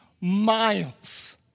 miles